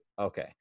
Okay